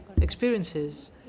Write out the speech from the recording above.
experiences